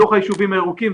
בתוך היישובים הירוקים,